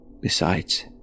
Besides